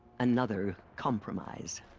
another. compromise.